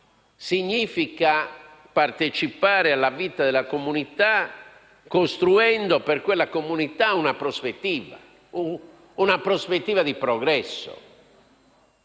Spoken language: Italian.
significa partecipare alla vita della comunità costruendo, per quella comunità, una prospettiva di progresso.